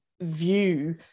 view